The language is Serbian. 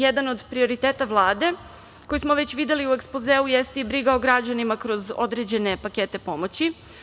Jedan od prioriteta Vlade koji smo već videli u ekspozeu jeste i briga o građanima kroz određene pakete pomoći.